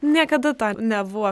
niekada to nebuvo